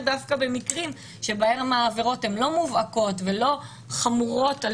דווקא במקרים שבהם העבירות הן לא מובהקות ולא חמורות,